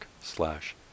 slash